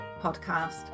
podcast